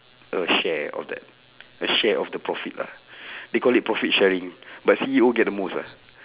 a share of that a share of the profit lah they call it profit sharing but C_E_O get the most lah